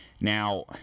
Now